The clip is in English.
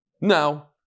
Now